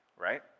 right